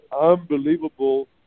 Unbelievable